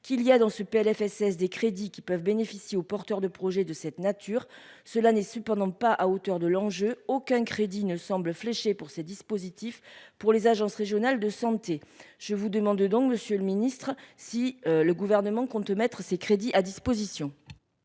qu'il y a dans ce Plfss des crédits qui peuvent bénéficier aux porteurs de projets de cette nature. Cela n'est cependant pas à hauteur de l'enjeu aucun crédit ne semble fléchés pour ces dispositifs pour les agences régionales de santé. Je vous demande donc, Monsieur le Ministre, si le gouvernement compte mettre ces crédits à disposition.